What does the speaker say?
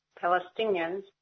Palestinians